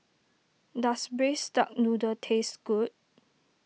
does Braised Duck Noodle taste good